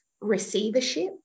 receivership